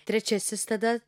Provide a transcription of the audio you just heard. trečiasis tada